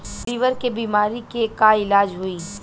Liver के बीमारी के का इलाज होई?